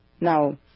Now